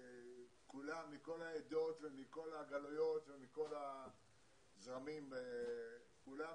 כולם, מכל העדות ומכל הגלויות ומכל הזרמים, כולם